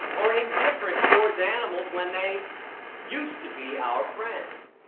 or indifferent towards animals when they used to be our friends?